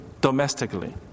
domestically